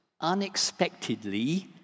unexpectedly